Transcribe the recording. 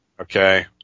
Okay